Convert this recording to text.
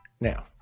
Now